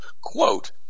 quote